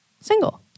single